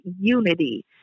unity